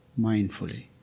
mindfully